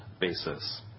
basis